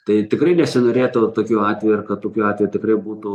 tai tikrai nesinorėtų tokių atvejų kad tokių atvejų tikrai būtų